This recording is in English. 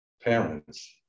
parents